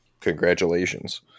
congratulations